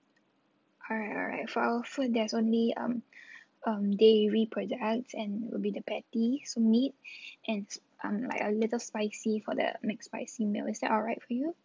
alright alright for our food there's only um um dairy products and will be the patty's meat and um like a little spicy for the mcspicy meal is that alright for you